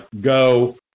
go